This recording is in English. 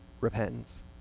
repentance